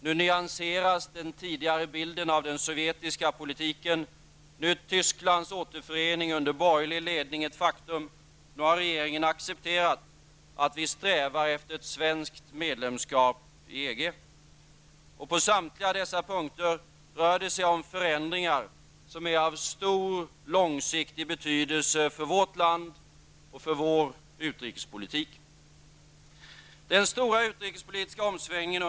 Nu nyanseras den tidigare bilden av den sovjetiska politiken. Nu är Tysklands återförening under borgerlig ledning ett faktum. Nu har regeringen accepterat att vi strävar efter ett svenskt medlemskap i EG. På samtliga dessa punkter rör det sig om förändringar som är av stor långsiktig betydelse för vårt land och för vår utrikespolitik. EG.